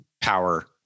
power